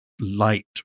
light